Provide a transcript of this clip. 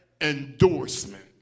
endorsement